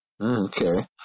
Okay